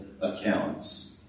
accounts